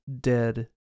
dead